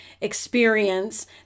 experience